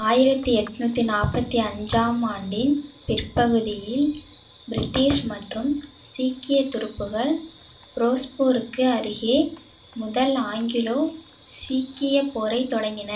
ஆயிரத்து எண்நுத்தி நாபத்து அஞ்சாம் ஆண்டின் பிற்பகுதியில் பிரிட்டிஷ் மற்றும் சீக்கிய துருப்புகள் ஃபிரோஸ்பூருக்கு அருகே முதல் ஆங்கிலோ சீக்கியப் போரைத் தொடங்கின